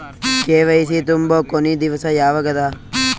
KYC ತುಂಬೊ ಕೊನಿ ದಿವಸ ಯಾವಗದ?